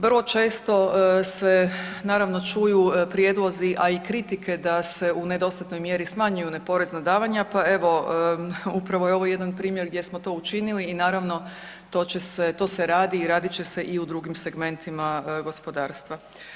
Vrlo često se naravno čuju prijedlozi, a i kritike da se u nedostatnoj mjeri smanjuju neporezna davanja, pa evo upravo je ovo jedan primjer gdje smo to učinili i naravno to će se, to se radi i radit će se i u drugim segmentima gospodarstva.